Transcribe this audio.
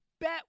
Bet